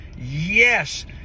Yes